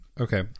Okay